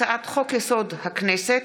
הצעת חוק-יסוד: הכנסת